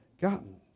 gotten